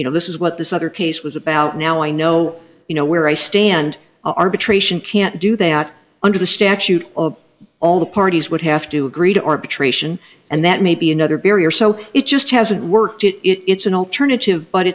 you know this is what this other case was about now i know you know where i stand arbitration can't do that under the statute of all the parties would have to agree to arbitration and that may be another barrier so it just hasn't worked it it's an alternative but